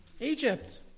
Egypt